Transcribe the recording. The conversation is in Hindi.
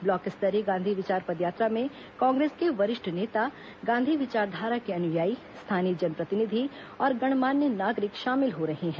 ब्लॉक स्तरीय गांधी विचार पदयात्रा में कांग्रेस के वरिष्ठ नेता गांधी विचारधारा के अनुयायी स्थानीय जनप्रतिनिधि और गणमान्य नागरिक शामिल हो रहे हैं